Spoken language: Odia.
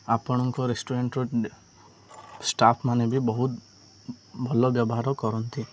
ଆପଣଙ୍କ ରେଷ୍ଟୁରାଣ୍ଟରୁ ଷ୍ଟାଫ୍ ମାନେ ବି ବହୁତ ଭଲ ବ୍ୟବହାର କରନ୍ତି